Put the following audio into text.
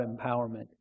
empowerment